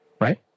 right